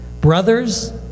Brothers